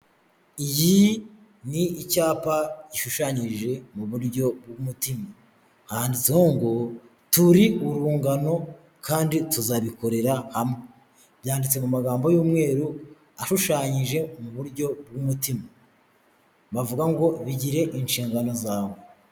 Iyi ni icyapa gishushanyije mu buryo bw'umutima, handitseho ngo: turi urungano kandi tuzabikorera hamwe, byanditse mu magambo y'umweru ashushanyije mu buryo bw'umutima bavuga ngo bigire inshingano zawe.